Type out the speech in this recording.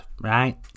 right